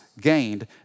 gained